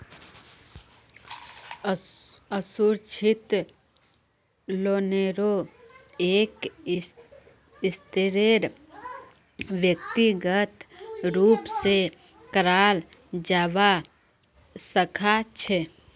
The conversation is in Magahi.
असुरक्षित लोनेरो एक स्तरेर व्यक्तिगत रूप स कराल जबा सखा छ